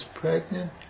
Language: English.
pregnant